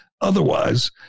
otherwise